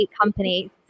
company